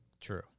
true